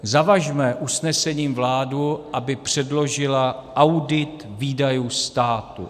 Zavažme usnesením vládu, aby předložila audit výdajů státu.